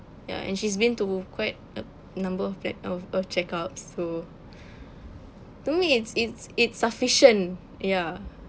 ya and she's been to quite a number of fl~ of check-ups so to me it's it's it's sufficient ya